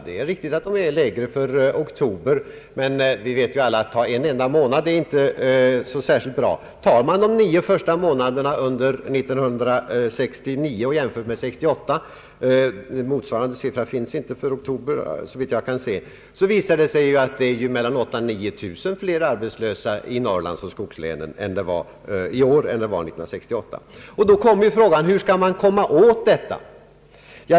Det är riktigt att den är lägre för oktober, men vi vet alla att det inte är så särskilt bra att anföra en enda månad som exempel. Tar man de nio första månaderna under 1969 och jämför med samma tid 1968 — motsvarande siffra finns inte för oktober, såvitt jag kan se — finner man ju att de arbetslösa i Norrlandsoch skogslänen i år är mellan 8 000 och 9000 fler än de var 1968. Då uppkommer frågan: Hur skall man komma åt detta?